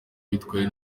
bitwaye